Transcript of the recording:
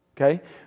okay